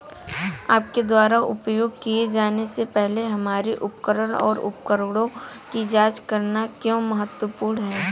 आपके द्वारा उपयोग किए जाने से पहले हमारे उपकरण और उपकरणों की जांच करना क्यों महत्वपूर्ण है?